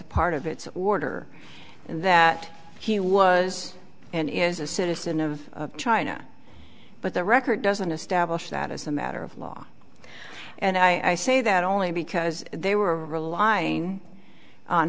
a part of its order that he was and is a citizen of china but the record doesn't establish that as a matter of law and i say that only because they were relying on